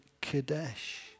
Kadesh